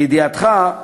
לידיעתך,